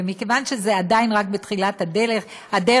ומכיוון שזה עדיין רק בתחילת הדרך,